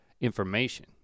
information